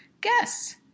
guess